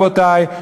רבותי,